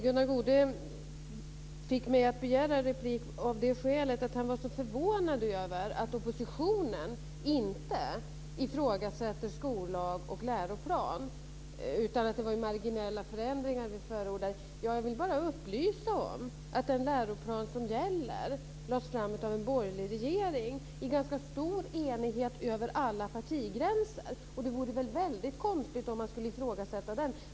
Gunnar Goude fick mig att begära replik av det skälet att han var så förvånad över att oppositionen inte ifrågasätter skollag och läroplan utan att vi förordar marginella förändringar. Jag vill bara upplysa om att den läroplan som gäller lades fram av en borgerlig regering i ganska stor enighet över alla partigränser, och det vore väl väldigt konstigt om man skulle ifrågasätta den.